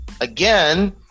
again